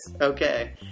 Okay